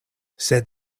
sed